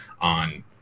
on